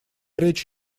речь